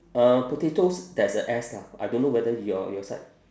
uh potatoes there's a S lah I don't know whether your your side